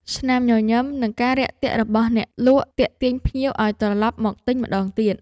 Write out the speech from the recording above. ស្នាមញញឹម និងការរាក់ទាក់របស់អ្នកលក់ទាក់ទាញភ្ញៀវឱ្យត្រឡប់មកទិញម្ដងទៀត។